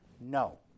No